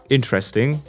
interesting